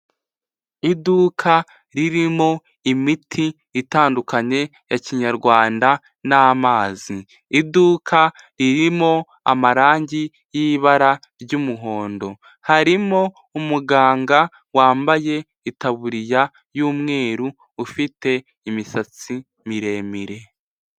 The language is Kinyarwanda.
Iduka ririmo imiti itandukanye ya kinyarwanda n'amazi, iduka ririmo amarange y'ibara ry'umuhondo, harimo umuganga wambaye itaburiya y'umweru ufite imisatsi miremire.